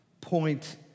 point